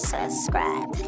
Subscribe